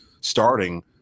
starting